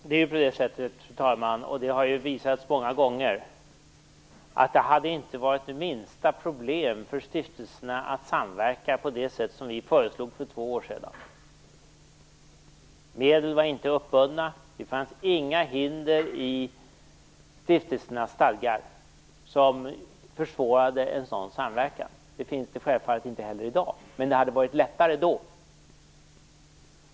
Fru talman! Det är ju så, vilket har visat sig många gånger, att det inte hade varit det minsta problem för stiftelserna att samverka på det sätt som vi föreslog för två år sedan. Medel var inte uppbundna, och det fanns inga hinder i stiftelsernas stadgar som försvårade en sådan samverkan. Det finns det självfallet inte heller i dag, men det hade varit lättare då.